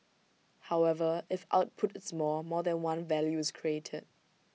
however if output is more more than one value is created